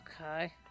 Okay